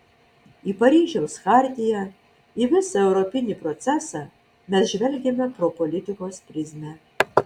į paryžiaus chartiją į visą europinį procesą mes žvelgiame pro politikos prizmę